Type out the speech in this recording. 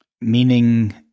meaning